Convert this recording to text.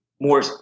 more